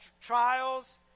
trials